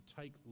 take